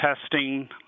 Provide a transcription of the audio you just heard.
testing